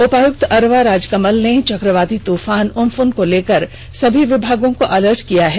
उपायुक्त अरवा राजकमल ने चक्रवाती तूफान उम्पुन को लेकर सभी विभागों को अलर्ट किया है